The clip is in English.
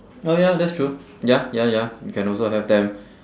well ya that's true ya ya you can also have them